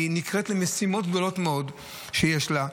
היא נקראת למשימות רבות מאוד שיש לה.